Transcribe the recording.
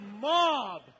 mob